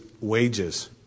wages